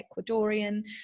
ecuadorian